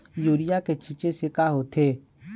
Urea के छींचे से का होथे?